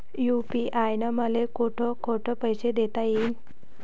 UPI न मले कोठ कोठ पैसे देता येईन?